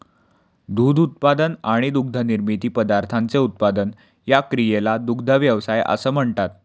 दूध उत्पादन आणि दुग्धनिर्मित पदार्थांचे उत्पादन या क्रियेला दुग्ध व्यवसाय असे म्हणतात